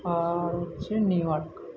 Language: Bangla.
আর হচ্ছে নিউ ইয়র্ক